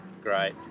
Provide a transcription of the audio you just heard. Great